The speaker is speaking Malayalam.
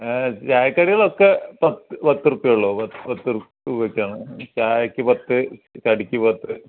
ഏ ചായക്കടികളൊക്കെ പത്രുപ്പ്യെ ഉള്ളു പത്ത് പത്തു രൂപയ്ക്കാണ് ചായയ്ക്ക് പത്ത് കടിക്ക് പത്ത്